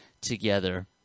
together